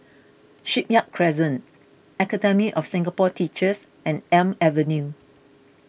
Shipyard Crescent Academy of Singapore Teachers and Elm Avenue